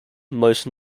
most